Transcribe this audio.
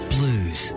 Blues